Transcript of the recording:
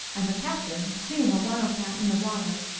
and the captain, seeing a wild cat in the water,